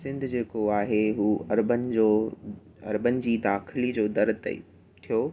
सिंध जेको आहे उहो अर्बन जो अर्बन जी दाखिली जो दर ताईं थियो